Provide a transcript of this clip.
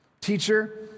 Teacher